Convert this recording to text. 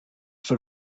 for